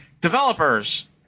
developers